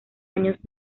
años